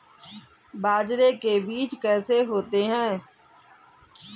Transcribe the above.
बाजरे के बीज कैसे होते हैं?